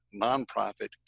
nonprofit